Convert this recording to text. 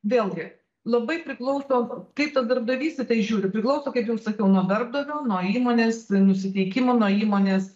vėlgi labai priklauso kaip tas darbdavys į tai žiūri priklauso kaip jau sakiau nuo darbdavio nuo įmonės nusiteikimo nuo įmonės